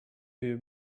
you